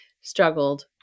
struggled